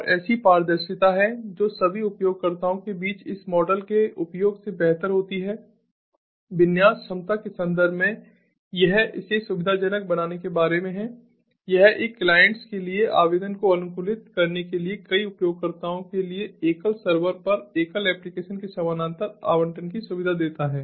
और ऐसी पारदर्शिता है जो सभी उपयोगकर्ताओं के बीच इस मॉडल के उपयोग से बेहतर होती है विन्यास क्षमता के संदर्भ में यह इसे सुविधाजनक बनाने के बारे में है यह एक क्लाइंट्स के लिए आवेदन को अनुकूलित करने के लिए कई उपयोगकर्ताओं के लिए एकल सर्वर पर एकल एप्लीकेशन के समानांतर आवंटन की सुविधा देता है